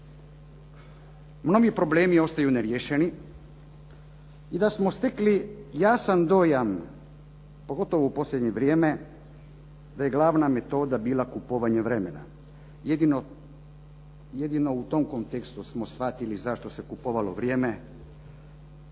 mnogi problemi ostaju neriješeni i da smo stekli jasan dojam, pogotovo u posljednje vrijeme da je glavna metoda bila kupovanje vremena. Jedino u tom kontekstu smo shvatili zašto se kupovalo vrijeme.